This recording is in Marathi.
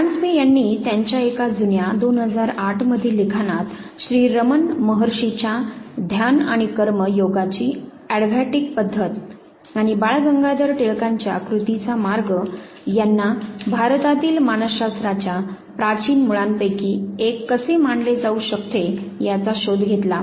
परांजपे यांनी त्यांच्या एका जुन्या 2008 मधील लिखाणात श्री रमन महर्षींच्या ध्यान आणि कर्म योगाची अॅडव्हॅटिक पद्धत आणि बाळ गंगाधर टिळकांच्या कृतीचा मार्ग यांना भारतातील मानस शास्त्राच्या प्राचीन मुळांपैकी एक कसे मानले जाऊ शकते याचा शोध घेतला